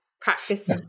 practice